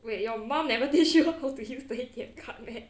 wait your mom never teach you how to use the A_T_M card meh